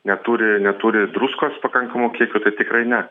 neturi neturi druskos pakankamų kiekių tai tikrai ne